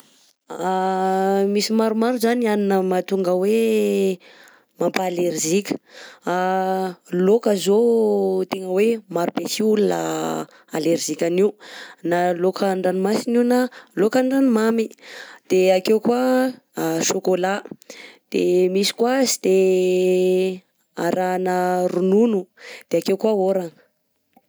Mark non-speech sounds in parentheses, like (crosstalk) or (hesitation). (hesitation) Misy maromaro zany hanina mahatonga hoe mampa allergique, (hesitation) laoka zao tegna hoe maro be sy olo allergique an'io na laoka an-dranomasina io na laoka an-dranomamy, de akeo koà saokaola, de misy koà tsy de (hesitation) arahana ronono, de akeo koà aoragna.